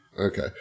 Okay